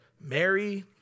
Mary